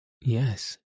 Yes